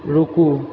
रुकू